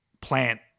plant